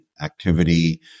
activity